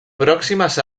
pròximes